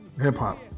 hip-hop